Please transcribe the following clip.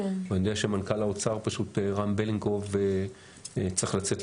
אני יודע שמנכ"ל האוצר רם בלינקוב צריך לצאת,